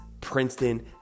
Princeton